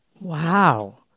Wow